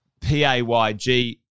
PAYG